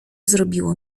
zrobiło